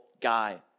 guy